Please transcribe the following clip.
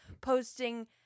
posting